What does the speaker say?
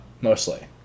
mostly